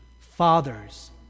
Father's